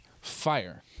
Fire